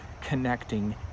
connecting